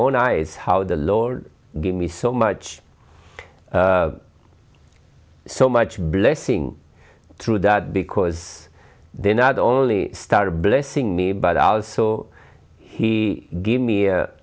own eyes how the lord gave me so much so much blessing through that because they not only started blessing me but also he gave me a